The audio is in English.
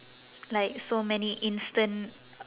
like so many instant